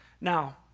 now